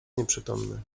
nieprzytomny